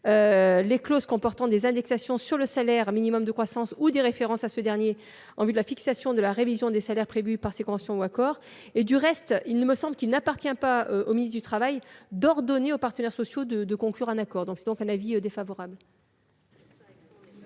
les clauses comportant des indexations sur le salaire minimum de croissance ou des références à ce dernier en vue de la fixation de la révision des salaires prévue par ces conventions ou accords ». Du reste, il me semble qu'il n'appartient pas au ministre du travail d'ordonner aux partenaires sociaux de conclure un accord. L'avis de